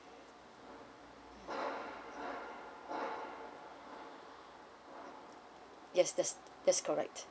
yes that's~ that's correct